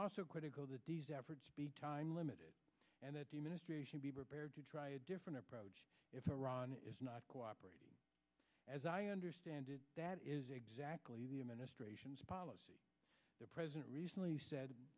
also critical that these efforts be time limited and that the ministry should be prepared to try a different approach if iran is not cooperating as i understand it that is exactly the administration's policy the president recently said